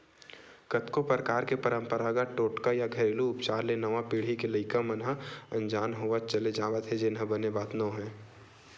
कतको परकार के पंरपरागत टोटका या घेरलू उपचार ले नवा पीढ़ी के लइका मन ह अनजान होवत चले जावत हे जेन ह बने बात नोहय